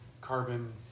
carbon